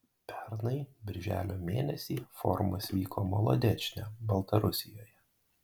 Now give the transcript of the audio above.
pernai birželio mėnesį forumas vyko molodečne baltarusijoje